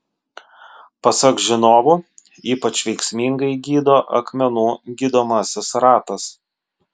pasak žinovų ypač veiksmingai gydo akmenų gydomasis ratas